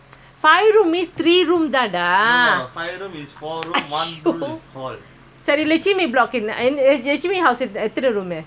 சரிலட்சுமிபிளாக்லட்சுமிஹவுஸ்எத்தன:sari latchumi blockke latchumi housee ethana room